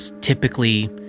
typically